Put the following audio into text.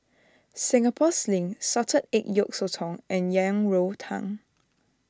Singapore Sling Salted Egg Yolk Sotong and Yang Rou Tang